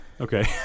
Okay